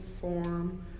form